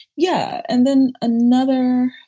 yeah, and then another.